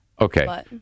Okay